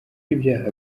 ibyaha